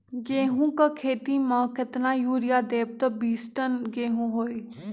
गेंहू क खेती म केतना यूरिया देब त बिस टन गेहूं होई?